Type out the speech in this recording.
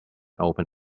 open